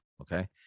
Okay